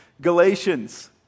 Galatians